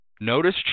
Notice